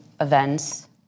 events